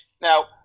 Now